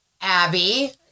Abby